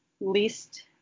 least